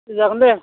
जागोन दे